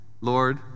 Lord